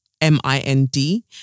M-I-N-D